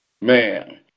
Man